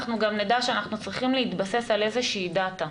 נדע שאנחנו צריכים להתבסס על איזושהי דאטה.